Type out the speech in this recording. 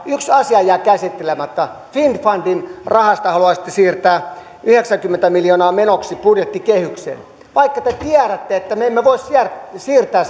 yksi asia jäi käsittelemättä finnfundin rahasta te haluaisitte siirtää yhdeksänkymmentä miljoonaa menoksi budjettikehykseen vaikka te tiedätte että me emme voi siirtää siirtää